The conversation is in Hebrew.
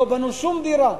לא בנו שום דירה.